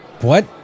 what